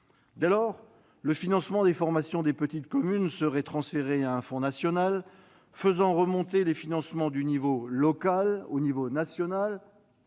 Dès lors, le financement des formations des petites communes serait transféré à un fonds national, faisant remonter les financements du niveau local au niveau national,